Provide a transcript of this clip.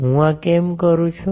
હું આ કેમ કરું છું